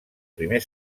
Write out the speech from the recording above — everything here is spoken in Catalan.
primer